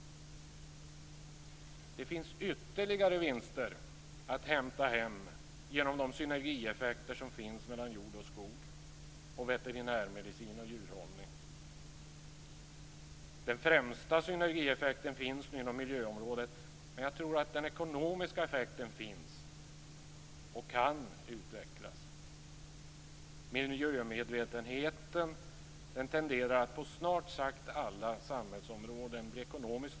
Det finns ytterligare vinster att hämta hem genom de synergieffekter som finns mellan jord och skog och mellan veterinärmedicin och djurhållning. Den främsta synergieffekten finns nu inom miljöområdet, men jag tror att den ekonomiska effekten finns och kan utvecklas. Miljömedvetenheten tenderar att bli ekonomiskt lönsam på snart sagt alla samhällsområden.